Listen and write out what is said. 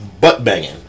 butt-banging